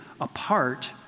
apart